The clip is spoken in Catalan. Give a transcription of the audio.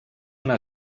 una